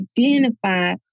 identify